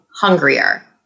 hungrier